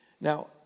Now